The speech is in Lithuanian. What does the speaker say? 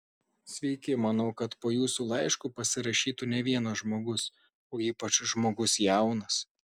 sveiki manau kad po jūsų laišku pasirašytų ne vienas žmogus o ypač žmogus jaunas